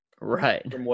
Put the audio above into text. Right